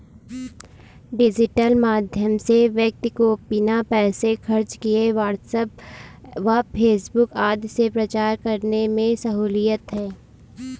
digital माध्यम से व्यक्ति को बिना पैसे खर्च किए व्हाट्सएप व फेसबुक आदि से प्रचार करने में सहूलियत है